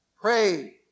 Pray